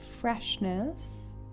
freshness